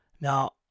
Now